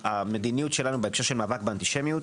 המדיניות שלנו בהקשר של מאבק באנטישמיות,